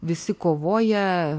visi kovoja